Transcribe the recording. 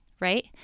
right